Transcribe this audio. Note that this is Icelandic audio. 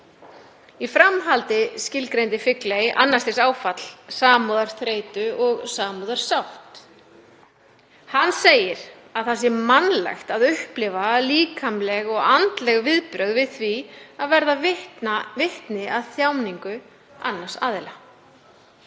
Í framhaldi skilgreindi Figley annars stigs áfall, samúðarþreytu og samúðarsátt. Hann segir að það sé mannlegt að upplifa líkamleg og andleg viðbrögð við því að verða vitni að þjáningu annars aðila.